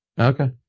okay